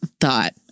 thought